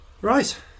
Right